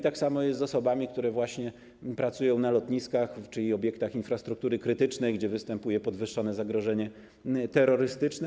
Tak samo jest z osobami, które właśnie pracują na lotniskach, czyli w obiektach infrastruktury krytycznej, gdzie występuje zwiększone zagrożenie terrorystyczne.